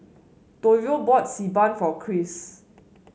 Toivo bought Xi Ban for Chris